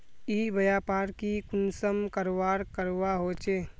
ई व्यापार की कुंसम करवार करवा होचे?